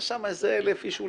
היו שם איזה 1,000 איש,